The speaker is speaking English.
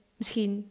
misschien